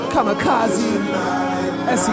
Kamikaze